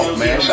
man